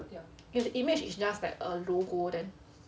if the image is just a logo then